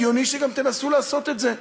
הגיוני שגם תנסו לעשות את זה.